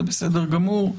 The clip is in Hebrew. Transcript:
זה בסדר גמור.